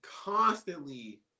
constantly